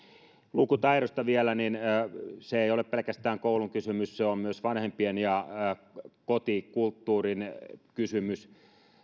lukutaidosta vielä se ei ole pelkästään koulun kysymys se on myös vanhempien ja kotikulttuurin kysymys